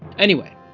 anyway,